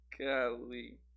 Golly